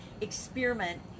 experiment